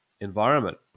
environment